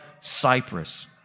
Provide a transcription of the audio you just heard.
Cyprus